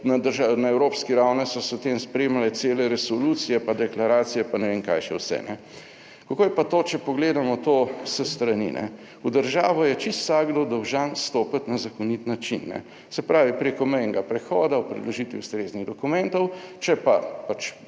na evropski ravni so se v tem spremljale cele resolucije pa deklaracije pa ne vem kaj še vse. Kako je pa to, če pogledamo to s strani. V državo je čisto vsakdo dolžan stopiti na zakonit način, se pravi, preko mejnega prehoda ob predložitvi ustreznih dokumentov, če pa